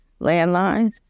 landlines